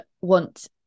want